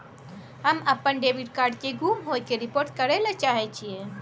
हम अपन debit card के गुम होय के रिपोर्ट करय ले चाहय छियै